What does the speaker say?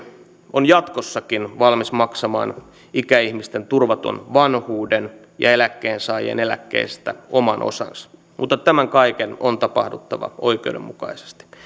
on jatkossakin valmis maksamaan ikäihmisten turvatusta vanhuudesta ja eläkkeensaajien eläkkeistä oman osansa mutta tämän kaiken on tapahduttava oikeudenmukaisesti